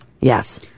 Yes